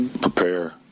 prepare